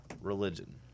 religion